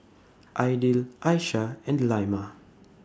Aidil Aishah and Delima